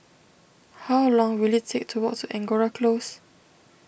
how long will it take to walk to Angora Close